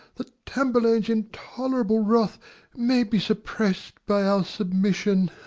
that tamburlaine's intolerable wrath may be suppress'd by our submission.